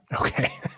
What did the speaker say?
Okay